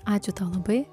ačiū tau labai